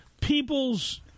people's